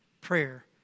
prayer